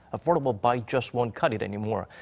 affordable bite just won't cut it anymore.